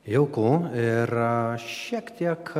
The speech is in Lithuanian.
jauku ir šiek tiek